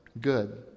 good